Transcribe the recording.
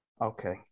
okay